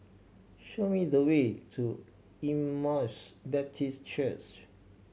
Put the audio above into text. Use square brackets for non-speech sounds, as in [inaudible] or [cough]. show me the way to Emmaus Baptist [unintelligible]